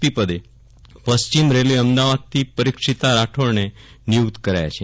પી પદે પશ્ચિમ રેલ્વે અમદાવાદથી પરોક્ષીતા રાઠોડને નિયુક્ત કરાયા છે